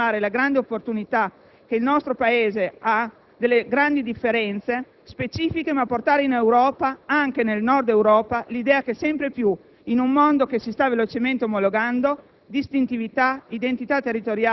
ma al contrario vuole non solo riconfermare la grande opportunità che il nostro Paese ha delle grandi differenze specifiche, ma portare in Europa - anche nel nord Europa - l'idea che sempre più, in un mondo che si sta velocemente omologando,